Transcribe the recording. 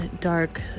dark